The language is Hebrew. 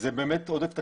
זה באמת עודף תקציבי,